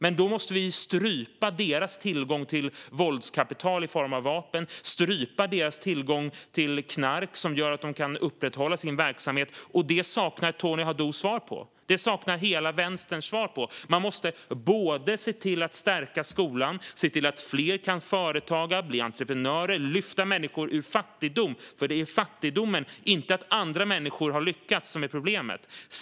Vi måste strypa deras tillgång till våldskapital i form av vapen och deras tillgång till knark, som gör att de kan upprätthålla sin verksamhet. Hur det ska göras saknar Tony Haddou svar på. Det saknar hela vänstern svar på. Man måste både se till att stärka skolan, se till att fler kan vara företagare och bli entreprenörer och se till att lyfta människor ur fattigdom. Det är fattigdomen som är problemet, inte att andra människor har lyckats.